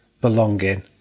belonging